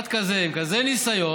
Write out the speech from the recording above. אחד כזה, עם כזה ניסיון,